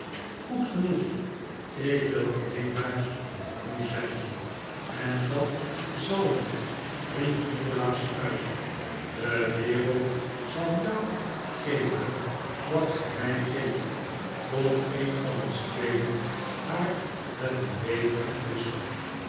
goed genoeg ik wil alleen maar bij u zijn en dat zal je riep nikolaas uit de wereld zal jou geven wat zij mij geeft tot een van ons tweeen haar met een betere verwisselt